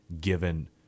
given